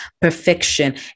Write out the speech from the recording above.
perfection